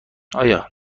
آیا